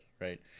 right